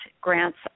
grants